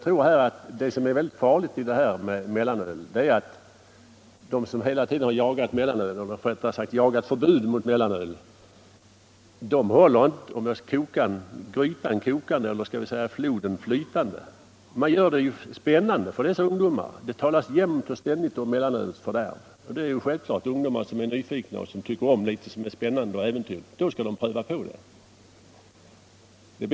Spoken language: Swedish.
Det farliga med mellanölet tror jag är att de människor som hela tiden jagar efter ett förbud mot mellanöl håller grytan kokande — eller skall vi säga floden flytande. Man gör det spännande för ungdomarna. Om man jämt och samt talar om mellanölsfördärvet är det klart att ungdomar, som är nyfikna och tycker om allt som är spännande och äventyrligt, tycker att de skall pröva på det.